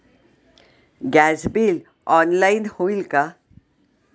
Gas bill online होईल का?